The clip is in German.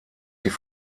sie